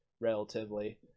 relatively